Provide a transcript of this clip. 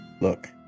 Look